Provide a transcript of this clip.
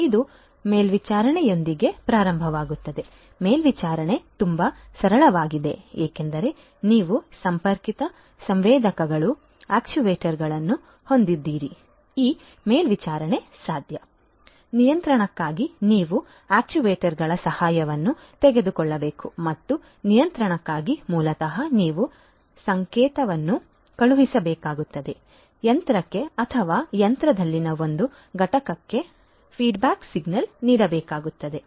ಆದ್ದರಿಂದ ಇದು ಮೇಲ್ವಿಚಾರಣೆಯೊಂದಿಗೆ ಪ್ರಾರಂಭವಾಗುತ್ತದೆ ಮೇಲ್ವಿಚಾರಣೆ ತುಂಬಾ ಸರಳವಾಗಿದೆ ಏಕೆಂದರೆ ನೀವು ಸಂಪರ್ಕಿತ ಸಂವೇದಕಗಳು ಆಕ್ಯೂವೇಟರ್ಗಳನ್ನು ಹೊಂದಿದ್ದರೆ ಈ ಮೇಲ್ವಿಚಾರಣೆ ಸಾಧ್ಯ ನಿಯಂತ್ರಣಕ್ಕಾಗಿ ನೀವು ಆಕ್ಯೂವೇಟರ್ಗಳ ಸಹಾಯವನ್ನು ತೆಗೆದುಕೊಳ್ಳಬೇಕು ಮತ್ತು ನಿಯಂತ್ರಣಕ್ಕಾಗಿ ಮೂಲತಃ ನೀವು ಸಂಕೇತವನ್ನು ಕಳುಹಿಸಬೇಕಾಗುತ್ತದೆ ಯಂತ್ರಕ್ಕೆ ಅಥವಾ ಯಂತ್ರದಲ್ಲಿನ ಒಂದು ಘಟಕಕ್ಕೆ ಫೀಡ್ಬ್ಯಾಕ್ ಸಿಗ್ನಲ್ ನೀಡಬೇಕಾಗುತ್ತದೆ